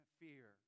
fear